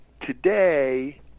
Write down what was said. Today